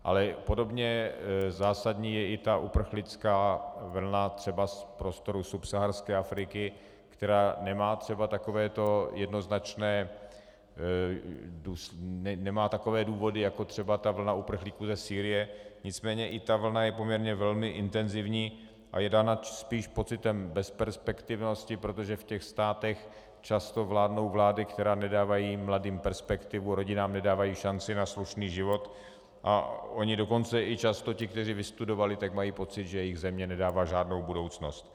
Ale podobně zásadní je i uprchlická vlna třeba z prostoru subsaharské Afriky, která nemá třeba takovéto jednoznačné důvody, jako třeba vlna uprchlíků ze Sýrie, nicméně i ta vlna je poměrně velmi intenzivní a je dána spíš pocitem bezperspektivnosti, protože v těch státech často vládnou vlády, které nedávají mladým perspektivu, rodinám nedávají šanci na slušný život, a oni dokonce často i ti, kteří vystudovali, mají pocit, že jejich země nedává žádnou budoucnost.